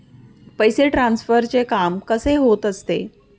पैसे ट्रान्सफरचे काम कसे होत असते?